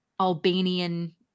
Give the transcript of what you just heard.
Albanian